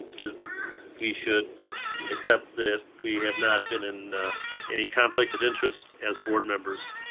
that we should accept that we have not been in any conflict of interest as board members.